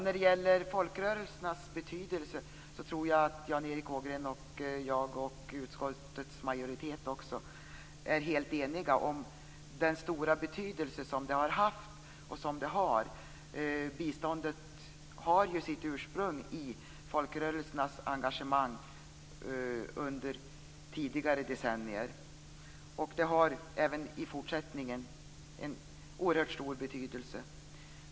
Fru talman! Jag tror att Jan Erik Ågren och jag, och också utskottets majoritet, är helt eniga om folkrörelsernas stora betydelse. Biståndet har ju sitt ursprung i folkrörelsernas engagemang under tidigare decennier. Det har även i fortsättningen en oerhört stor betydelse.